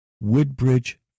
Woodbridge